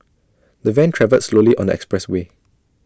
the van travelled slowly on the expressway